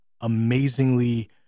amazingly